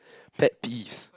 pet peeves